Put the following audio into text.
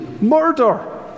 murder